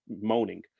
moaning